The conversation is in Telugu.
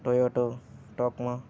Toyota Tacoma